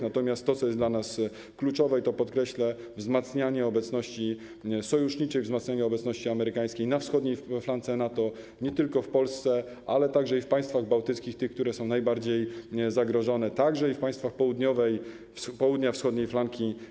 Natomiast to, co jest dla nas kluczowe, i to podkreślę, to wzmacnianie obecności sojuszniczej, wzmacnianie obecności amerykańskiej na wschodniej flance NATO, nie tylko w Polsce, ale także w państwach bałtyckich, tych, które są najbardziej zagrożone, również w państwach na południu wschodniej flanki.